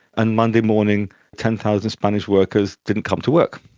and monday morning ten thousand spanish workers didn't come to work,